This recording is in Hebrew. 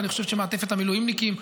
אני חושב שמעטפת המילואימניקים,